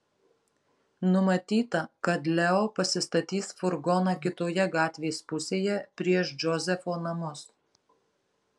numatyta kad leo pasistatys furgoną kitoje gatvės pusėje prieš džozefo namus